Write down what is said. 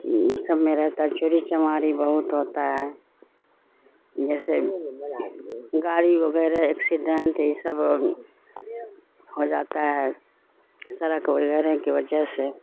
سب میں رہتا ہے چوری چماری بہت ہوتا ہے جیسے گاڑی وغیرہ ایکسیڈینٹ یہ سب ہو جاتا ہے سڑک وغیرہ کی وجہ سے